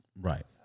Right